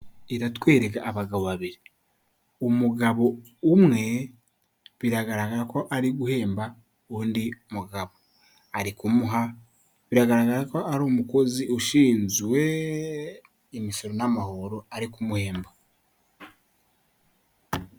Iratwereka abagabo babiri, umugabo umwe biragaragara ko ari guhemba undi mugabo, ari kumuha biragaragara ko ari umukozi ushinjwe imisoro n'amahoro ari kumuhemba.